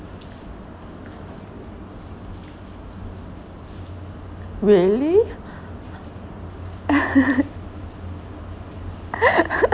really